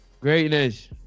Greatness